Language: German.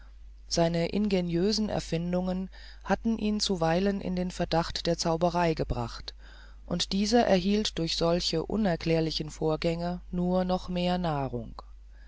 seine ingenieusen erfindungen hatten ihn zuweilen in den verdacht der zauberei gebracht und dieser erhielt durch solche unerklärlichen vorgänge nur noch mehr nahrung